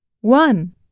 one